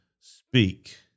speak